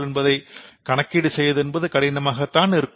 என்பதை கணக்கீடு செய்வது என்பது கடினமாகத்தான் இருக்கும்